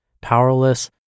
powerless